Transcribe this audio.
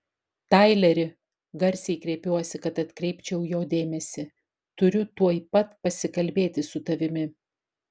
taileri garsiai kreipiuosi kad atkreipčiau jo dėmesį turiu tuoj pat pasikalbėti su tavimi